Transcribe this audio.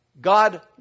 God